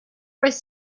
was